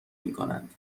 میکنند